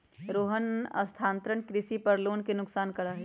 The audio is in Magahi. रोहन स्थानांतरण कृषि पर लोग के नुकसान करा हई